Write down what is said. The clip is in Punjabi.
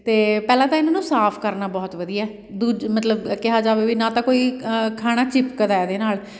ਅਤੇ ਪਹਿਲਾਂ ਤਾਂ ਇਹਨਾਂ ਨੂੰ ਸਾਫ਼ ਕਰਨਾ ਬਹੁਤ ਵਧੀਆ ਦੂਜ ਮਤਲਬ ਕਿਹਾ ਜਾਵੇ ਵੀ ਨਾ ਤਾਂ ਕੋਈ ਖਾਣਾ ਚਿਪਕਦਾ ਇਹਦੇ ਨਾਲ਼